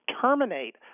terminate